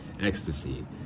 ecstasy